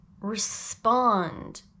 Respond